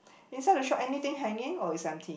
inside the shop anything hanging or is empty